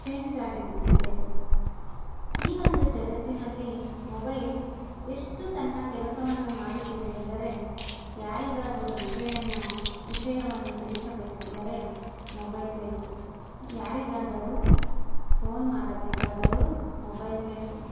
change ಆಗಿ ಬಿಟ್ಟಿದ್ದೇವೆ ಈ ಒಂದು ಜಗತ್ತಿನಲ್ಲಿ ಮೊಬೈಲ್ ಎಷ್ಟು ತನ್ನ ಕೆಲಸವನ್ನು ಮಾಡುತ್ತಿದೆ ಎಂದರೆ ಯಾರಿಗಾದರು ವಿಷಯನ್ನು ವಿಷಯವನ್ನು ತಿಳಿಸಬೇಕೆಂದರೆ ಮೊಬೈಲ್ ಬೇಕು ಯಾರಿಗಾದರು ಫೋನ್ ಮಾಡಬೇಕಾದರು ಮೊಬೈಲ್ ಬೇಕು